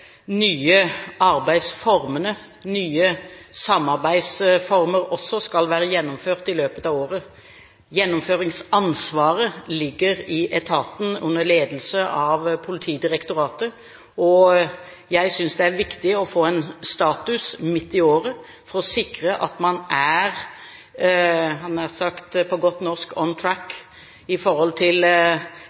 nye arbeidsformene, nye samarbeidsformer også, skal være gjennomført i løpet av året. Gjennomføringsansvaret ligger i etaten under ledelse av Politidirektoratet, og jeg synes det er viktig å få en status midt i året for å sikre at man er – på godt norsk – «on track» i forhold til